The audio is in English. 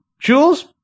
Jules